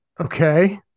okay